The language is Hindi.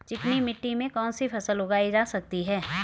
चिकनी मिट्टी में कौन सी फसल उगाई जा सकती है?